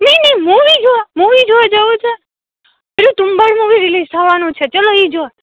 ની ની મૂવી જોવા મૂવી જોવા જવું છે મૂવી રીલીઝ થવાનું છે ચલો ઇ જોવા